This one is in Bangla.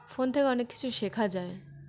ফোন থেকে অনেক কিছু শেখা যায়